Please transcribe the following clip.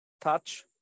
touch